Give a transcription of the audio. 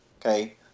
Okay